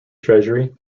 treasury